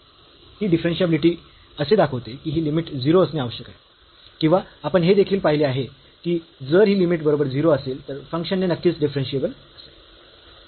ती डिफरन्शियाबिलिटी असे दाखवते की ही लिमिट 0 असणे आवश्यक आहे किंवा आपण हे देखील पाहिले आहे की जर ही लिमिट बरोबर 0 असेल तर फंक्शन हे नक्कीच डिफरन्शियेबल असेल